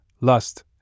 lust